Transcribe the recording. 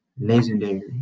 legendary